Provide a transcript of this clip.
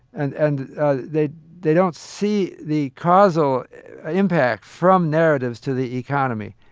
and and ah they they don't see the causal impact from narratives to the economy